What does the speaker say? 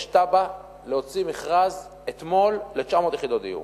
יש תב"ע להוציא מכרז, אתמול, ל-900 יחידות דיור.